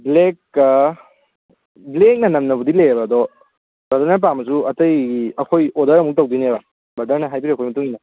ꯕ꯭ꯂꯦꯛꯀ ꯕ꯭ꯂꯦꯛꯅ ꯅꯝꯅꯕꯨꯗꯤ ꯂꯩꯌꯦꯕ ꯑꯗꯣ ꯕ꯭ꯔꯗꯔꯅ ꯄꯥꯝꯃꯁꯨ ꯑꯇꯩꯒꯤ ꯑꯩꯈꯣꯏ ꯑꯣꯗꯔ ꯑꯃꯨꯛ ꯇꯧꯗꯣꯏꯅꯦꯕ ꯕ꯭ꯔꯗꯔꯅ ꯍꯥꯏꯕꯤꯔꯛꯄꯒꯤ ꯃꯇꯨꯡꯏꯟꯅ